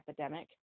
epidemic